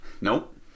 Nope